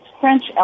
french